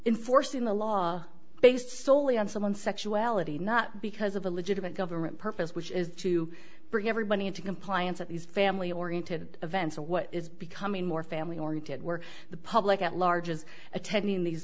in force in the law based solely on someone's sexuality not because of a legitimate government purpose which is to bring everybody into compliance at these family oriented events or what is becoming more family oriented were the public at large is attending these